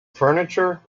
furniture